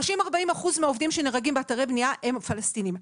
30%-40% מהעובדים שנהרגים באתרי בנייה הם פלסטינים.